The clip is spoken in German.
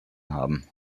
haben